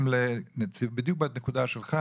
בדיוק בנקודה שלך